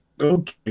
Okay